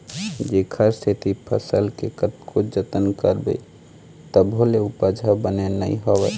जेखर सेती फसल के कतको जतन करबे तभो ले उपज ह बने नइ होवय